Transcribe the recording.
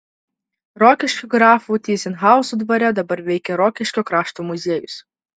rokiškio grafų tyzenhauzų dvare dabar veikia rokiškio krašto muziejus